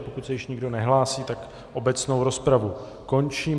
Pokud se již nikdo nehlásí, tak obecnou rozpravu končím.